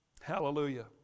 Hallelujah